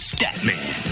Statman